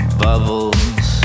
bubbles